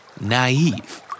Naive